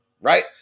Right